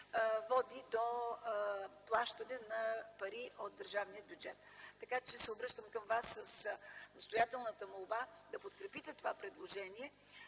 води до плащане на пари от държавния бюджет. Обръщам се към Вас с настоятелната молба да подкрепите това предложение